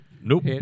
nope